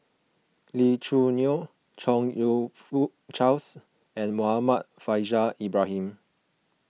Lee Choo Neo Chong You Fook Charles and Muhammad Faishal Ibrahim